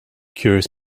curious